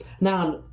Now